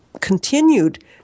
continued